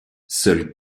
seules